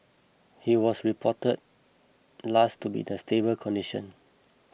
he was report last to be in a stable condition